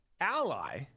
ally